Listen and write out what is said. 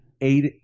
eight